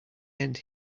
end